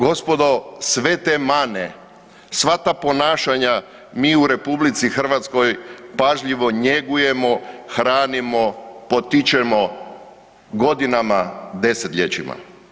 Gospodo sve te mane, sva ta ponašanja mi u RH pažljivo njegujemo, hranimo, potičemo, godinama, desetljećima.